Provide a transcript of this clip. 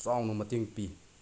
ꯆꯥꯎꯅ ꯃꯇꯦꯡ ꯄꯤ